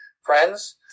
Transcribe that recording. friends